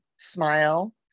smile